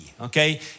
okay